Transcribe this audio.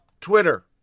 Twitter